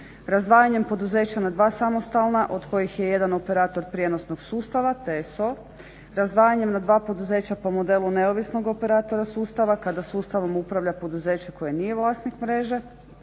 razdvajanjem poduzeća na dva samostalna od kojih je jedan operator prijenosnog sustava TSO, razdvajanjem na dva poduzeća po modelu neovisnog operatora sustava kada sustavom upravlja poduzeće koje nije vlasnik mreže